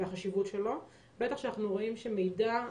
בטח כשאנחנו רואים שמידע,